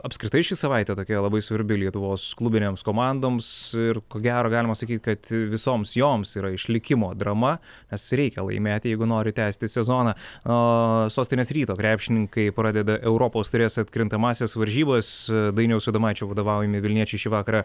apskritai ši savaitė tokia labai svarbi lietuvos klubinėms komandoms ir ko gero galima sakyt kad visoms joms yra išlikimo drama nes reikia laimėti jeigu nori tęsti sezoną o sostinės ryto krepšininkai pradeda europos taurės atkrintamąsias varžybas dainiaus adomaičio vadovaujami vilniečiai šį vakarą